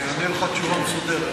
אני אענה לך תשובה מסודרת.